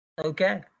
Okay